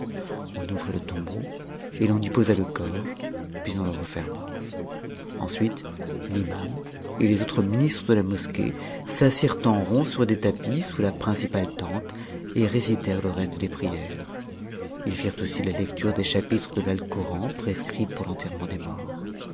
on ouvrit le tombeau et l'on y posa le corps puis on le referma ensuite ï'iman et les autres ministres de la mosquée s'assirent en rond sur des tapis sous la principale tente et récitèrent le reste des prières ils firent aussi la lecture des chapitres de l'alcoran prescrits pour l'enterrement des morts